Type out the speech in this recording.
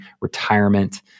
retirement